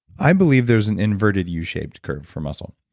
i believe there's an inverted u shaped curve for muscle.